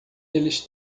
eles